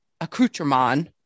accoutrement